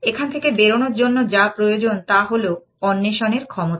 এখান থেকে বেরোনোর জন্য যা প্রয়োজন তা হল অন্বেষণের ক্ষমতা